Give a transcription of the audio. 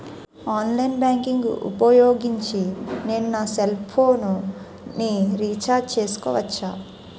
Online banking ఊపోయోగించి నేను నా సెల్ ఫోను ని రీఛార్జ్ చేసుకోవచ్చా?